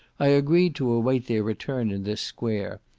i agreed to await their return in this square,